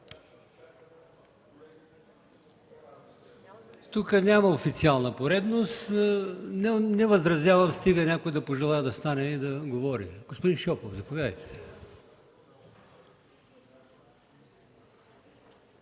Тук няма официална поредност. Не възразявам, стига някой да пожелае да стане и да говори. Господин Шопов, заповядайте.